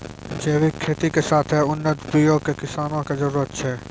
जैविक खेती के साथे उन्नत बीयो के किसानो के जरुरत छै